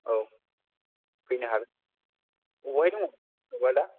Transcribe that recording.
औ फैनो हागोन आबेहाय दङ फंबाइआ दा